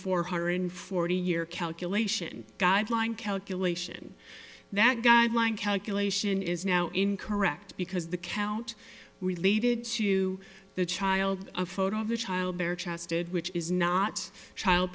four hundred forty year calculation guideline calculation that guideline calculation is now in correct because the count related to the child a photo of the child bare chested which is not child